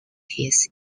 his